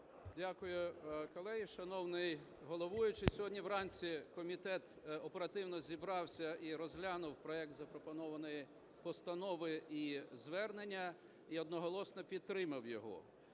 Дякую. Колеги, шановний головуючий, сьогодні вранці комітет оперативно зібрався і розглянув проект запропонованої постанови і звернення, і одноголосно підтримав його.